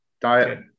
diet